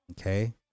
Okay